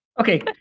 Okay